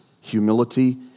humility